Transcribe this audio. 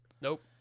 nope